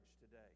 today